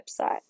website